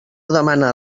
demana